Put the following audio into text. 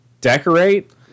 decorate